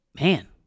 man